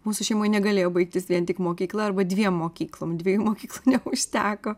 mūsų šeimoj negalėjo baigtis vien tik mokykla arba dviem mokyklom dviejų mokyklų neužteko